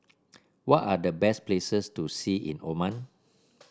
what are the best places to see in Oman